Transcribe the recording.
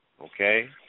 okay